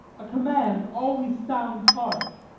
a command always sounds harsh.